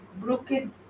broken